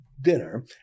dinner